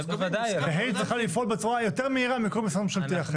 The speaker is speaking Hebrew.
היא צריכה לפעול בצורה יותר מהירה מכל משרד ממשלתי אחר.